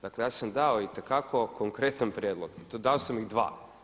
Dakle, ja sam dao itekako konkretan prijedlog i to dao sam ih dva.